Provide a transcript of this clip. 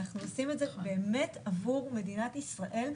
אנחנו עושים את זה באמת עבור מדינת ישראל,